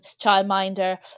childminder